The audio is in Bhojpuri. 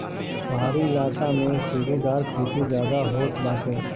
पहाड़ी इलाका में सीढ़ीदार खेती ज्यादा होत बाटे